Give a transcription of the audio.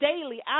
daily